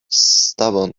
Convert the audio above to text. stubborn